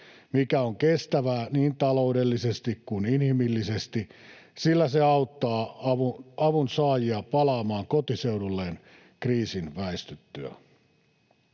mikä on kestävää niin taloudellisesti kuin inhimillisesti, sillä se auttaa avunsaajia palaamaan kotiseudulleen kriisin väistyttyä.